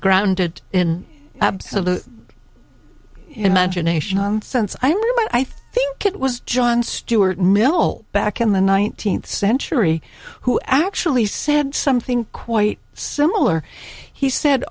grounded in absolute imagination on sense i know but i think it was john stuart mill back in the nineteenth century who actually said something quite similar he said